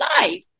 life